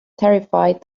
terrified